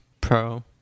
pro